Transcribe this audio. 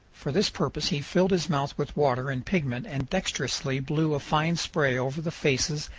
for this purpose he filled his mouth with water and pigment and dexterously blew a fine spray over the faces,